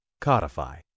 Codify